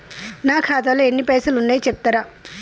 నా ఖాతాలో ఎన్ని పైసలు ఉన్నాయి చెప్తరా?